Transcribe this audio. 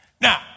Now